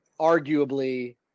arguably